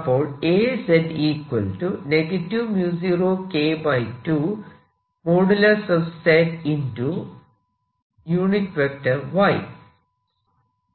അപ്പോൾ